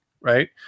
right